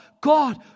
God